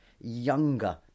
younger